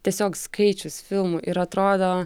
tiesiog skaičius filmų ir atrodo